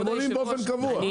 הם עולים באופן קבוע.